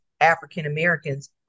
African-Americans